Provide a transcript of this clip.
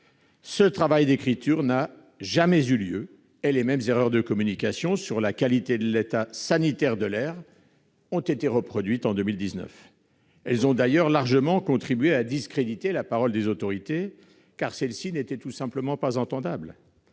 Ce travail d'écriture n'a jamais eu lieu et les mêmes erreurs de communication sur la qualité de l'état sanitaire de l'air ont été reproduites en 2019. Elles ont largement contribué à discréditer la parole des autorités, car celles-ci n'étaient pas « entendables